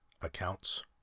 Accounts